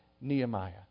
Nehemiah